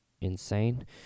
insane